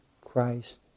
Christ